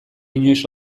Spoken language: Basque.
inoiz